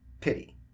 Pity